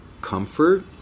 comfort